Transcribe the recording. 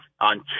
on